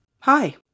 Hi